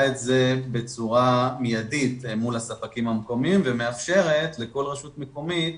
את זה בצורה מיידית מול הספקים המקומיים ומאפשרת לכל רשות מקומית